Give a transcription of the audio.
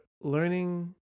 learning